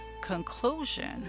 conclusion